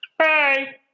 hi